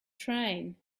train